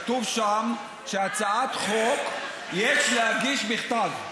כתוב שם שהצעת חוק יש להגיש בכתב.